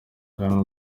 ubwami